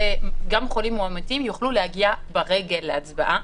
חולים מאומתים יוכלו להגיע ברגל להצבעה,